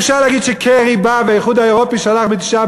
אי-אפשר להגיד שקרי בא והאיחוד האירופי שלח את דבריו בתשעה